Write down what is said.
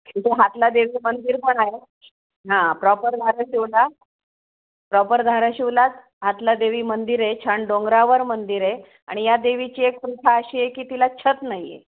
इथं हातलादेवी मंदिर पण आहे हां प्रॉपर धाराशिवला प्रॉपर धाराशिवलाच हातलादेवी मंदिर आहे छान डोंगरावर मंदिर आहे आणि या देवीची एक प्रथा अशी आहे की तिला छत नाही आहे